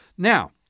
Now